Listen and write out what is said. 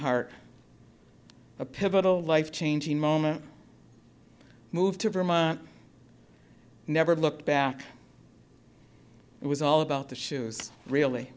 heart a pivotal life changing moment i moved to vermont i never looked back it was all about the shoes really